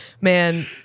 Man